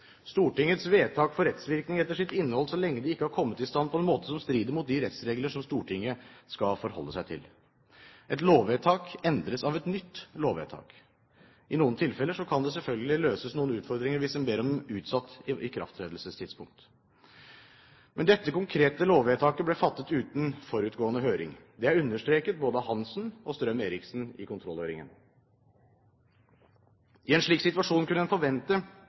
Stortingets vedtak får rettsvirkning etter sitt innhold så lenge de ikke har kommet i stand på en måte som strider mot de rettsregler Stortinget skal forholde seg til. Et lovvedtak endres av et nytt lovvedtak. I noen tilfeller kan man selvfølgelig møte noen utfordringer hvis man ber om utsatt ikrafttredelsestidspunkt. Dette konkrete lovvedtaket ble fattet uten forutgående høring. Det er understreket både av Hanssen og Strøm-Erichsen i kontrollhøringen. I en slik situasjon kunne en forvente